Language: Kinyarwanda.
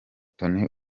tony